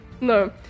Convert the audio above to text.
No